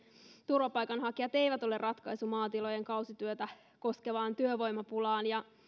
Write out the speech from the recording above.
turvapaikanhakijat eivät ole ratkaisu maatilojen kausityötä koskevaan työvoimapulaan